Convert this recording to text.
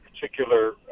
particular